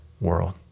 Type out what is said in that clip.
world